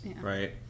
right